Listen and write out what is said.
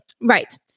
Right